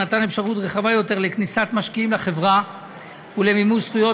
במתן אפשרות רחבה יותר לכניסת משקיעים לחברה ולמימוש זכויות,